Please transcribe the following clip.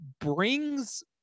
brings